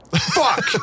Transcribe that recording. Fuck